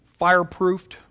fireproofed